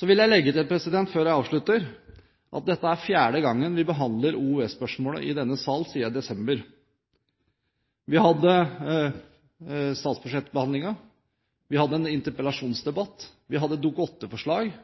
Så vil jeg legge til, før jeg avslutter, at dette er fjerde gangen vi behandler OUS-spørsmålet i denne salen siden desember. Vi hadde statsbudsjettbehandlingen, vi hadde en interpellasjonsdebatt, vi hadde et Dokument 8-forslag –